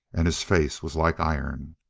and his face was like iron.